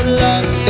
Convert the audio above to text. love